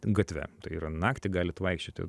gatve ir naktį galit vaikščioti